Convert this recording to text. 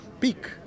peak